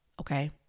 okay